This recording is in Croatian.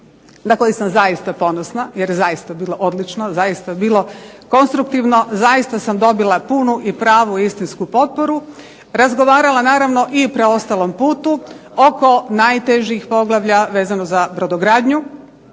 na koji sam zaista ponosna, jer je zaista bilo odlično, zaista bilo konstruktivno, zaista sam dobila punu i pravu istinsku potporu, razgovarala i preostalom putu oko najtežih poglavlja vezano za brodogradnju